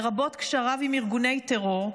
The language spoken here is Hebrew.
לרבות קשריו עם ארגוני טרור,